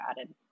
added